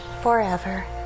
forever